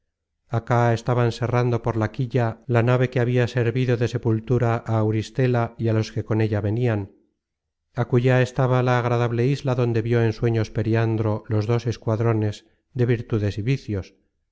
acá estaban serrando por la quilla la nave que habia servido de sepultura á auristela y á los que con ella venian acullá estaba la agradable isla donde vió en sueños periandro los dos escuadrones de virtudes y vicios